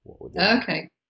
okay